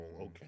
okay